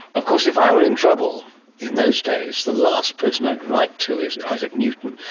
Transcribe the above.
of course, if i were in trouble in those days, the last person i'd write to is isaac newton,